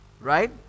right